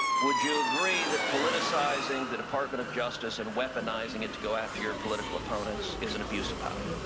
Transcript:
would you agree that politicizing the department of justice and weaponizing it to go after your political opponents is an abuse of power?